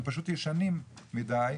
הם פשוט ישנים מידיי,